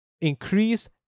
increase